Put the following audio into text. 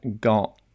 got